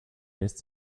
lässt